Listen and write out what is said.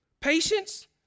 Patience